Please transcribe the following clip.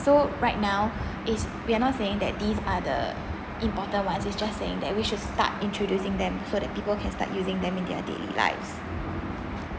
so right now is we are not saying that these are the important ones is just saying that we should start introducing them so that people can start using them in their daily lives